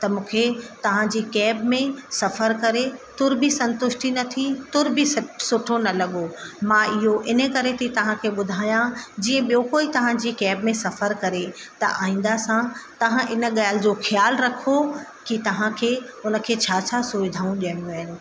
त मूंखे तव्हांजी कैब में सफ़रु करे तुर बि संतुष्टि न थी तुर बि सुठो न लॻो मां इहो इन करे थी तव्हांखे ॿुधायां जीअं ॿियो कोई तव्हांजी कैब में सफ़र करे त आईंदा सां तव्हां इन ॻाल्हि जो ख़्यालु रखो की तव्हांखे उन खे छा छा सुविधाऊं ॾियणियूं आहिनि